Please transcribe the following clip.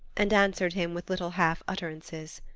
and answered him with little half utterances.